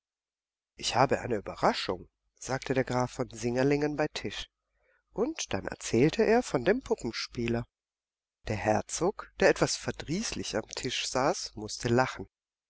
ich habe eine überraschung sagte der graf von singerlingen bei tisch und dann erzählte er von dem puppenspieler der herzog der etwas verdrießlich am tisch saß mußte lachen